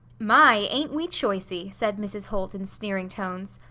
my, ain't we choicey! said mrs. holt in sneering tones.